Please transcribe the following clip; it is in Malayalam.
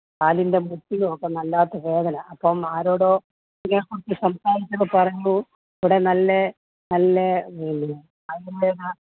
കാലിൻ്റെ മുട്ടിനുവൊക്കെ വല്ലാത്ത വേദന അപ്പം ആരോടോ ഇതിനെക്കുറിച്ച് സംസാരിച്ചപ്പം പറഞ്ഞു ഇവിടെ നല്ല നല്ല ആയുർവേദ